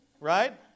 Right